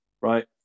right